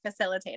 facilitator